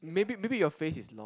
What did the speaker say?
maybe maybe your face is not